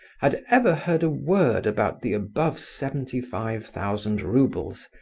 had ever heard a word about the above seventy-five thousand roubles,